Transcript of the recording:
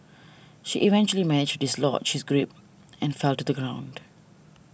she eventually managed dislodge she's grip and fell to the ground